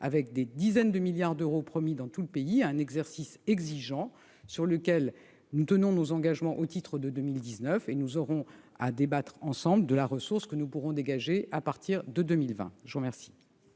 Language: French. avec des dizaines de milliards d'euros promis dans tout le pays, à un exercice inédit et exigeant. Nous tenons nos engagements au titre de 2019 et nous aurons à débattre ensemble de la ressource que nous devrons dégager à partir de 2020. L'amendement